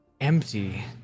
empty